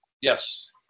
Yes